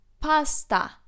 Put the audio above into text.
Pasta